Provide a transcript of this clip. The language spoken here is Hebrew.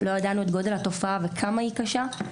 לא ידענו את גודל התופעה וכמה היא קשה.